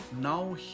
now